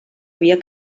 havia